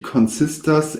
konsistas